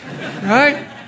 Right